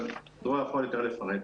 אבל דרור יכול יותר לפרט.